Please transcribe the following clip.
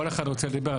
כל אחד רוצה לדבר.